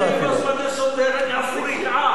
אם הילד שלי ילבש מדי שוטר אני אעשה קריעה.